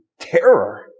terror